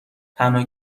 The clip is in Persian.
تنها